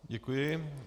Děkuji.